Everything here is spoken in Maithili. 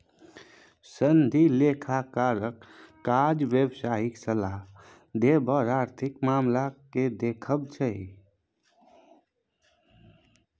सनदी लेखाकारक काज व्यवसायिक सलाह देब आओर आर्थिक मामलाकेँ देखब छै